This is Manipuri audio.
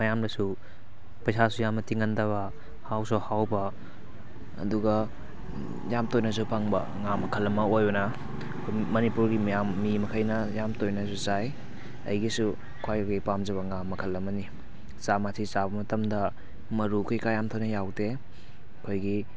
ꯃꯌꯥꯝꯅꯁꯨ ꯄꯩꯁꯥꯁꯨ ꯌꯥꯝꯅ ꯇꯤꯡꯍꯟꯗꯕ ꯍꯥꯎꯁꯨ ꯍꯥꯎꯕ ꯑꯗꯨꯒ ꯌꯥꯝ ꯇꯣꯏꯅꯁꯨ ꯐꯪꯕ ꯉꯥ ꯃꯈꯜ ꯑꯃ ꯑꯣꯏꯕꯅ ꯑꯩꯈꯣꯏ ꯃꯅꯤꯄꯨꯔꯒꯤ ꯃꯤꯌꯥꯝ ꯃꯤ ꯃꯈꯩꯅ ꯌꯥꯝ ꯇꯣꯏꯅꯁꯨ ꯆꯥꯏ ꯑꯩꯒꯤꯁꯨ ꯈ꯭ꯋꯥꯏꯗꯒꯤ ꯄꯥꯝꯖꯕ ꯉꯥ ꯃꯈꯜ ꯑꯃꯅꯤ ꯆꯥꯕ ꯃꯁꯤ ꯆꯥꯕ ꯃꯇꯝꯗ ꯃꯔꯨ ꯀꯩꯀꯥ ꯌꯥꯝ ꯊꯣꯏꯅ ꯌꯥꯎꯗꯦ ꯑꯩꯈꯣꯏꯒꯤ